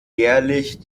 jährlich